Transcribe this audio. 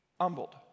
humbled